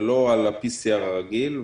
ולא על ה-PCR הרגיל,